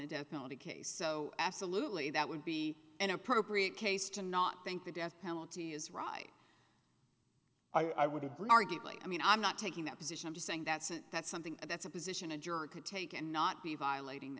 a death penalty case so absolutely that would be an appropriate case to not think the death penalty is right i would agree arguably i mean i'm not taking that position i'm just saying that's that's something that's a position a jury could take and not be violating